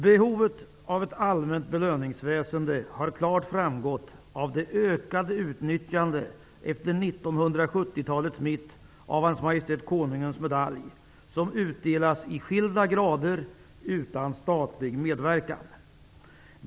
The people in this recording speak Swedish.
Behovet av ett allmänt belöningsväsende har klart framgått av det ökade utnyttjandet efter 1970-talets mitt av Hans Majestät Konungens Medalj, som utdelas i skilda grader utan statlig medverkan.